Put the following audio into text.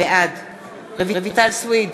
בעד רויטל סויד,